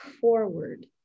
forward